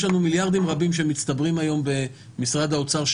יש לנו מיליארדים רבים שמצטברים היום במשרד האוצר,